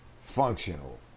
Functional